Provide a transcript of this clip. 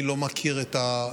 אני לא מכיר את הדברים,